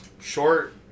Short